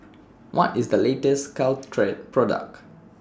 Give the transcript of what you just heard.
What IS The latest Caltrate Product